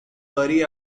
worry